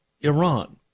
Iran